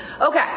okay